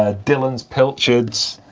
ah dillons pilchards,